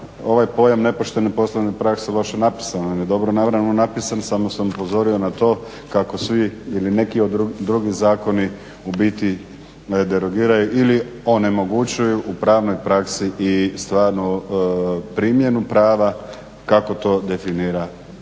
ovaj pojam nepoštene poslovne prakse loše napisan, on je dobro naravno napisan samo sam upozorio na to kako svi ili nekih drugi zakoni ubiti derogiraju ili onemogućuju u pravnoj praksi i stvarno primjenu prava kako to definira